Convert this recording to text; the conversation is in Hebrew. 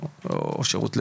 או שירות לאומי.